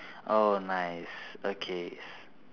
oh nice okay